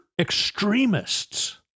extremists